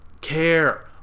care